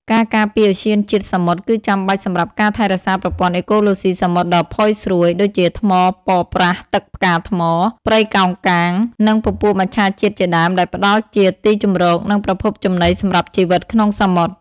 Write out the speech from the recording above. ការការពារឧទ្យានជាតិសមុទ្រគឺចាំបាច់សម្រាប់ការថែរក្សាប្រព័ន្ធអេកូឡូស៊ីសមុទ្រដ៏ផុយស្រួយ ដូចជាថ្មប៉ប្រះទឹកផ្កាថ្ម ព្រៃកោងកាង និងពពួកមច្ឆជាតិជាដើម ដែលផ្តល់ជាទីជម្រក និងប្រភពចំណីសម្រាប់ជីវិតក្នុងសមុទ្រ។